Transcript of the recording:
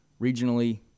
regionally